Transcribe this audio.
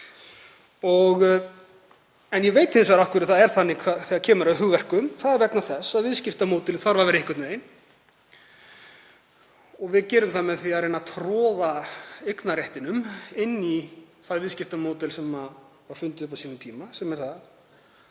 Ég veit hins vegar af hverju það er þannig þegar kemur að hugverkum, það er vegna þess að viðskiptamódelið þarf að vera einhvern veginn og við gerum það með því að reyna að troða eignarréttinum inn í það viðskiptamódel sem var fundið upp á sínum tíma, sem er að